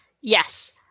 Yes